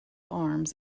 arms